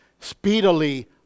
speedily